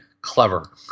clever